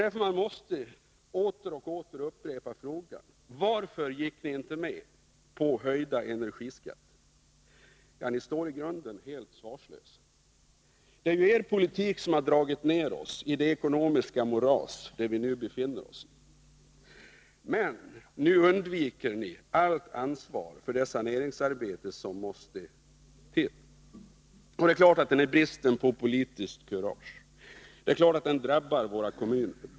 Därför måste man åter och åter upprepa frågan: Varför gick ni inte med på en höjning av energiskatterna? Ni står helt svarslösa. Det är er politik som har dragit ner oss i det ekonomiska moras där vi nu befinner oss. Men nu undviker ni allt ansvar för det saneringsarbete som måste till. Det är klart att denna brist på politiskt kurage drabbar våra kommuner.